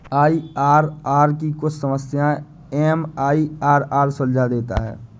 IRR की कुछ समस्याएं एम.आई.आर.आर सुलझा देता है